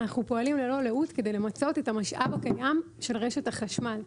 אנחנו פועלים ללא לאות כדי למצות את המשאב הקיים של רשת החשמל.